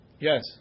Yes